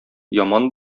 яман